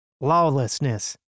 lawlessness